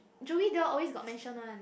Joey they all always got mention one